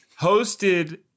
Hosted